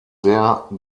sehr